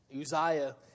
Uzziah